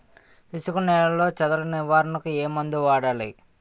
ఇసుక నేలలో చదల నివారణకు ఏ మందు వాడాలి?